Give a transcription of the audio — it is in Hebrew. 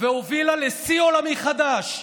והובילה לשיא עולמי חדש,